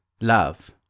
Love